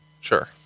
Sure